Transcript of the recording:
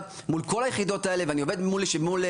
מול כל היחידות ואני עובד מול מזכירות הממשלה.